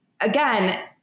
again